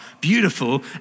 beautiful